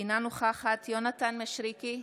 אינה נוכחת יונתן מישרקי,